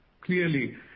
clearly